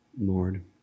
Lord